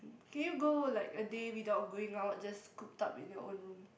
can you go like a day without going out just cooped up in your own room